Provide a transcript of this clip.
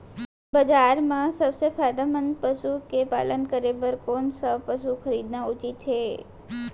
बजार म सबसे फायदामंद पसु के पालन करे बर कोन स पसु खरीदना उचित हे?